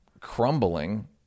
crumbling